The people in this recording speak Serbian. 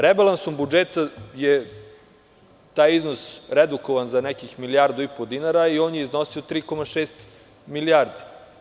Rebalansom budžeta je taj iznos redukovan za nekih 1,5 milijardi dinara i on je iznosio 3,6 milijardi.